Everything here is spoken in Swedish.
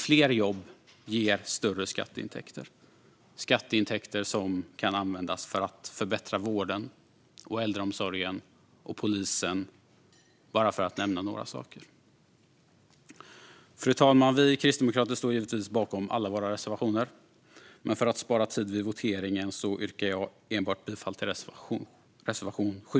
Fler jobb ger i sin tur större skatteintäkter, som kan användas för att förbättra vården, äldreomsorgen och polisen, bara för att nämna några saker. Fru talman! Vi kristdemokrater står givetvis bakom alla våra reservationer, men för att spara tid vid voteringen yrkar jag bifall enbart till reservation 7.